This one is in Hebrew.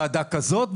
ועדה כזו,